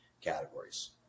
categories